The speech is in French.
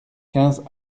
quinze